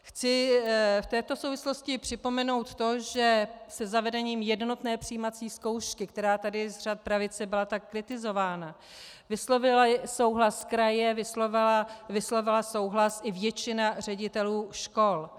Chci v této souvislosti připomenout to, že se zavedením jednotné přijímací zkoušky, která tady z řad pravice byla tak kritizována, vyslovily souhlas kraje, vyslovila souhlas i většina ředitelů škol.